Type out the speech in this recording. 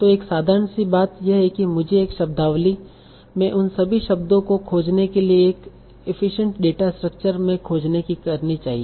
तो एक साधारण सी बात यह है कि मुझे अपने शब्दावली में सभी शब्दों को खोजने के लिए एक एफिसियन्ट डाटा स्ट्रक्चर में खोजने की कोशिश करनी चाहिए